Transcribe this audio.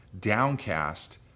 downcast